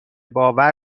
باور